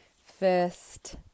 first